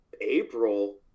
April